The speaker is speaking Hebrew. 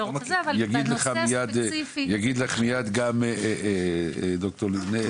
אבל --- תכף יגיד לך דוקטור לבנה,